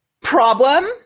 problem